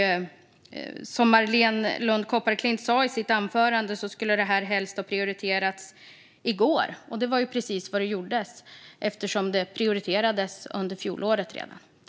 Som Marléne Lund Kopparklint sa i sitt anförande skulle detta helst ha prioriterats i går. Det var precis vad som skedde; det prioriterades redan under fjolåret.